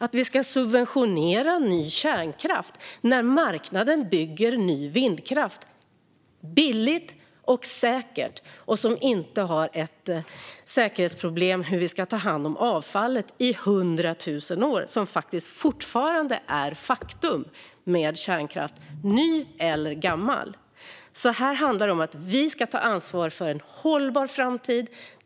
Vi ska alltså subventionera ny kärnkraft när marknaden bygger ny vindkraft billigt och säkert och utan säkerhetsproblem med hur vi ska ta hand om avfallet i 100 000 år. Det är fortfarande faktum i fallet kärnkraft, ny eller gammal. Här handlar det om att vi ska ta ansvar för en hållbar framtid.